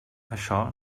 això